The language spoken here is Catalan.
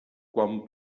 quan